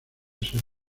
ser